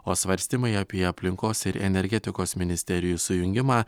o svarstymai apie aplinkos ir energetikos ministerijų sujungimą